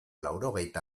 laurogeita